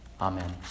Amen